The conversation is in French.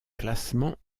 classements